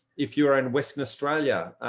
if you're in western australia,